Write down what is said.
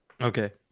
Okay